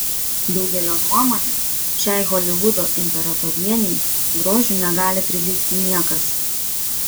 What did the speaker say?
daugelio nuomone šiai holivudo imperatorienei grožiu negali prilygti niekas